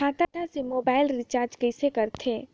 खाता से mobile recharge कइसे करथे